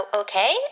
okay